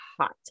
hot